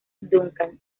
duncan